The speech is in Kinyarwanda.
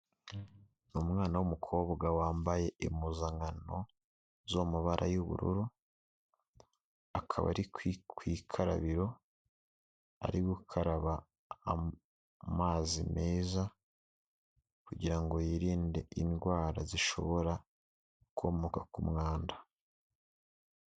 Ni umwana w'umukobwa wambaye impuzankano zo mu mabara y'ubururu akaba ari ku ikarabiro ari gukaraba amazi meza kugirango ngo yirinde indwara zishobora gukomoka ku mwanda